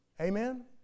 Amen